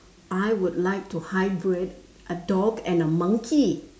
I would like to hybrid a dog and a monkey